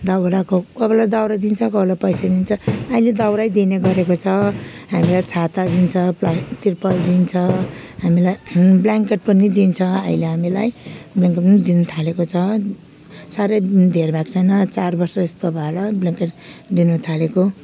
दाउराको कोही बेला दाउरा दिन्छ कोही बेला पैसा दिन्छ अहिले दाउरै दिने गरेको छ हामीलाई छाता दिन्छ प्लस तिर्पल दिन्छ हामीलाई ब्लाङ्केट पनि दिन्छ अहिले हामीलाई ब्लाङ्केट पनि दिनथालेको छ साह्रै धेर भएको छैन चार वर्ष यस्तो भयो होला ब्लाङ्केट दिनथालेको